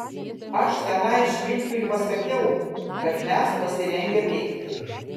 aš tenai švilpiui pasakiau kad mes pasirengę veikti